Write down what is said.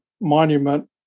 Monument